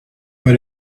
were